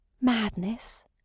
Madness